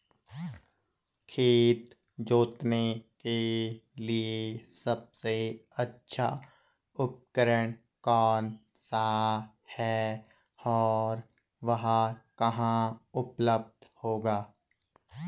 खेत जोतने के लिए सबसे अच्छा उपकरण कौन सा है और वह कहाँ उपलब्ध होगा?